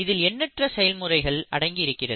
இதில் எண்ணற்ற செயல்முறைகள் அடங்கியிருக்கிறது